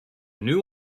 new